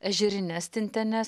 ežerines stinteles